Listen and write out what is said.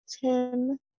ten